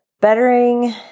bettering